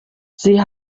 sie